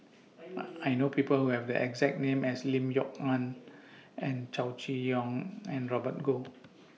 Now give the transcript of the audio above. I know People Who Have The exact name as Lim Kok Ann and Chow Chee Yong and Robert Goh